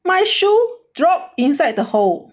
my shoe drop inside the hole